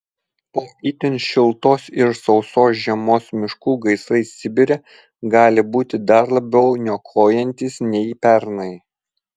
po itin šiltos ir sausos žiemos miškų gaisrai sibire gali būti dar labiau niokojantys nei pernai